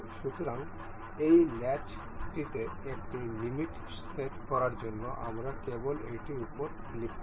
সুতরাং এই ল্যাচ টিতে একটি লিমিট সেট করার জন্য আমরা কেবল এটির উপর ক্লিক করব